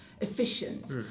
efficient